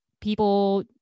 people